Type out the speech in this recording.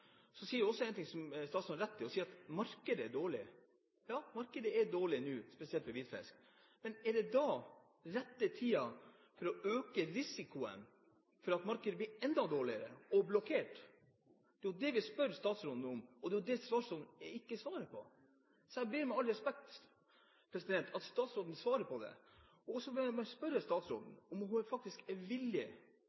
Så sier statsråden en ting som hun har rett i. Hun sier at markedet er dårlig. Ja, markedet er dårlig nå, spesielt for hvitfisk, men er det da den rette tiden for å øke risikoen for at markedet blir enda dårligere – og blokkert? Det er jo det vi spør statsråden om, og det er det hun ikke svarer på. Så jeg ber, med all respekt, om at statsråden svarer på dette. Så vil jeg spørre statsråden